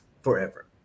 forever